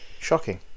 Shocking